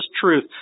truth